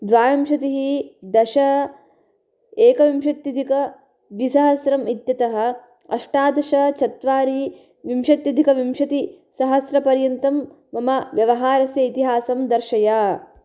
द्वाविंशतिः दश एकविंशत्यधिकद्विसहस्रम् इत्यतः अष्टादश चत्वारि विंशत्यधिकविंशतिसहस्र पर्यन्तं मम व्यवहारस्य इतिहासं दर्शय